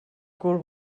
cul